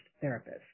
therapist